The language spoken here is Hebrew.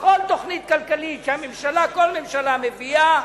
בכל תוכנית כלכלית שהממשלה, כל ממשלה, מביאה,